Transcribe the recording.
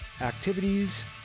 activities